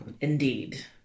indeed